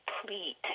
complete